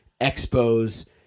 expos